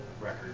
record